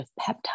peptides